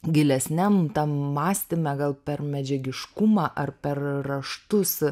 gilesniam mąstyme gal per medžiagiškumą ar per raštus